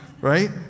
right